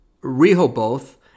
Rehoboth